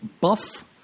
buff